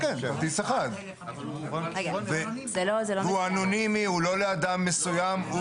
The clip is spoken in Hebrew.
הוא אנונימי; הוא לא אדם מסוים.